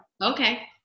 Okay